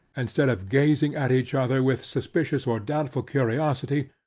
instead of gazing at each other with suspicious or doubtful curiosity,